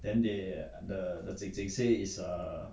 then they the lets you take say is err